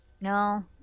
no